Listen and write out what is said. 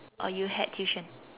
or you had tuition